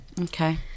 Okay